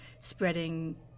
spreading